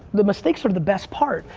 the mistakes are the best part.